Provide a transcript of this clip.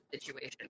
situation